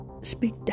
speak